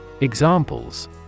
Examples